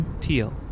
Teal